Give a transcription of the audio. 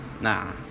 nah